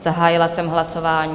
Zahájila jsem hlasování.